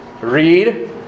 read